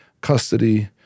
custody